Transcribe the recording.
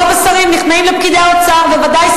רוב השרים נכנעים לפקידי האוצר,